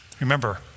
Remember